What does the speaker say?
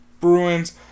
Bruins